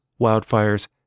wildfires